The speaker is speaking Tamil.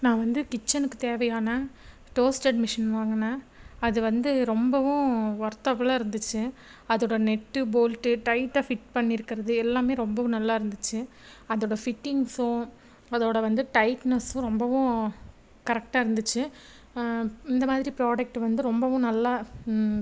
நான் வந்து கிச்சனுக்கு தேவையான டோஸ்ட்டட் மிஷின் வாங்கினேன் அது வந்து ரொம்பவும் ஒர்த்தபுலாக இருந்துச்சு அதோட நெட் போல்ட் டைட்டா ஃபிட் பண்ணிருக்குறது எல்லாமே ரொம்பவும் நல்லாயிருந்துச்சி அதோடய ஃபிட்டிங்ஸும் அதோடய வந்து டைட்டனஸ்ஸும் ரொம்பவும் கரெக்டாக இருந்துச்சு இந்த மாதிரி ப்ராடக்ட் வந்து ரொம்பவும் நல்லா